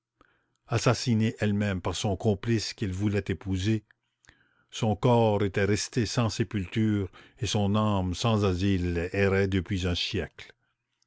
assassinée elle-même par son complice qu'elle voulait épouser son corps était resté sans sépulture et son âme sans asyle errait depuis un siècle